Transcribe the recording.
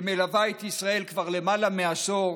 שמלווה את ישראל כבר למעלה מעשור,